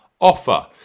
Offer